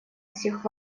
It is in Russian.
всех